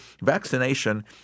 vaccination